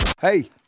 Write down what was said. Hey